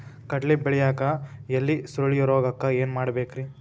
ಕಡ್ಲಿ ಬೆಳಿಯಾಗ ಎಲಿ ಸುರುಳಿರೋಗಕ್ಕ ಏನ್ ಮಾಡಬೇಕ್ರಿ?